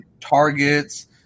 targets